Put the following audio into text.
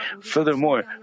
Furthermore